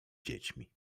dziećmi